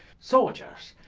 soldiers,